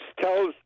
tells